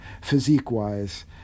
physique-wise